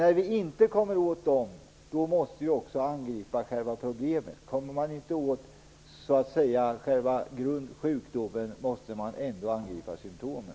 När man inte kommer åt de underliggande problemen, själva sjukdomen, måste man angripa symtomen.